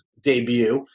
debut